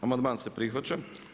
Amandman se prihvaća.